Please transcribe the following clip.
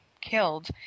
killed